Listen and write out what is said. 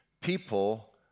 people